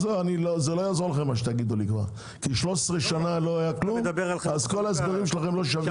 13 שנה לא היה כלום אז כל ההסברים שלכם לא שווים.